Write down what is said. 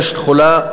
6. תחולה.